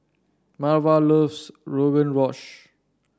Marva loves Rogan Josh